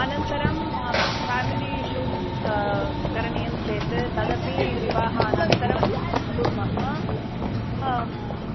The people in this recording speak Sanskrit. अनन्तरं फ़ेमिली शूट् करणीयं चेत् तदपि विवाहानन्तरं कुर्मः